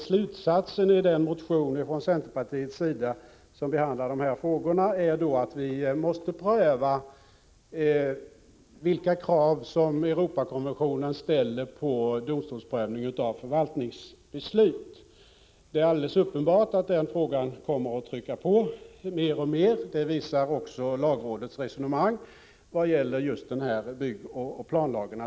Slutsatsen i den centermotion där de här frågorna behandlas är den att vi måste pröva vilka krav som Europakonventionen ställer på domstolsprövning av förvaltningsbeslut. Det är alldeles uppenbart att den frågan kommer att trycka på mer och mer, vilket också framgår av lagrådets resonemang i vad gäller just byggoch planlagen.